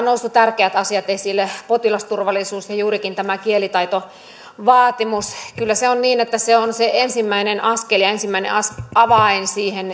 nousseet tärkeät asiat esille potilasturvallisuus ja juurikin tämä kielitaitovaatimus kyllä se on niin että se on ensimmäinen askel ja ensimmäinen avain